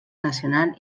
nacional